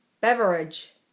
Beverage